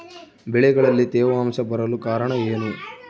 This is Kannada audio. ಬೆಳೆಗಳಲ್ಲಿ ತೇವಾಂಶ ಬರಲು ಕಾರಣ ಏನು?